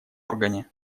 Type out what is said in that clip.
органе